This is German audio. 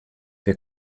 wir